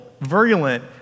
virulent